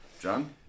John